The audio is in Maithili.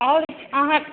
आओर अहाँक